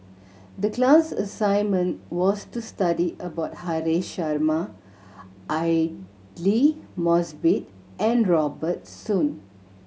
the class assignment was to study about Haresh Sharma Aidli Mosbit and Robert Soon